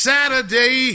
Saturday